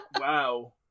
wow